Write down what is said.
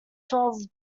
twelve